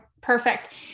Perfect